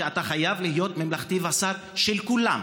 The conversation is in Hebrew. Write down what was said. אתה חייב להיות ממלכתי והשר של כולם,